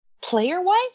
player-wise